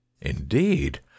Indeed